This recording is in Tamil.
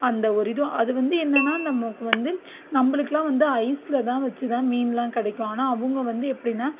அந்த ஒரு இதுவும் அது வந்து என்னென்னால் நமக்கு வந்து நம்மளுக்குலாம் வந்து ஐஸ்சில்தான் வச்சு தான் மீனெலாம் கிடைக்கும் ஆனால் அவங்க வந்து எப்படின்னா